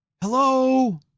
Hello